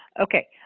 Okay